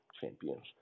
Champions